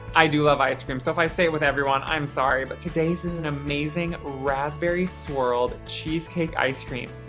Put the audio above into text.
i do love ice cream so if i say it with every one, i'm sorry. but today's is an amazing raspberry swirled cheesecake ice cream.